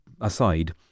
aside